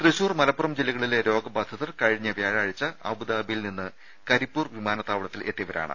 തൃശൂർ മലപ്പുറം ജില്ലകളിലെ രോഗ ബാധിതർ കഴിഞ്ഞ വ്യാഴാഴ്ച്ച അബുദാബിയിൽ നിന്ന് കരിപ്പൂർ വിമാനത്താവളത്തിൽ എത്തിയവരാണ്